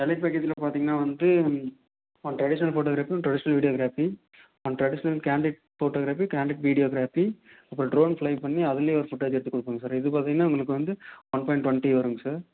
elite பேக்கேஜியில் பார்த்தீங்கனா வந்துட்டு ஒன் ட்ரெடிஷ்னல் ஃபோட்டோக்ராஃபியும் traditional videography one traditional candid photography candid videography அப்புறம் ட்ரோன் ப்ளைம் பண்ணி அதுலேயும் ஒரு ஃபுட்டேஜ் எடுத்துக் கொடுப்போம் சார் இது பார்த்தீங்கனா உங்களுக்கு வந்து ஒன் பாயிண்ட் டொண்ட்டி வருங்க சார்